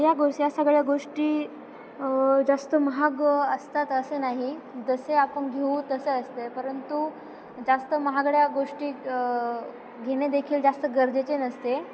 या गोष् या सगळ्या गोष्टी जास्त महाग असतात असे नाही जसे आपण घेऊ तसे असतं आहे परंतु जास्त महागड्या गोष्टी घेणेदेखील जास्त गरजेचे नसते